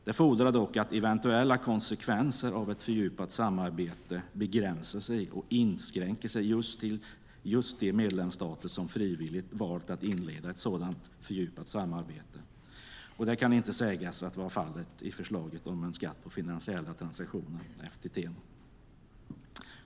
Det fordrar dock att eventuella konsekvenser av ett fördjupat samarbete begränsar sig och inskränker sig till just de medlemsstater som frivilligt valt att inleda ett sådant fördjupat samarbete. Det kan inte sägas vara fallet i förslaget om en skatt på finansiella transaktioner, FTT.